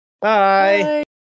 Bye